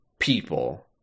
People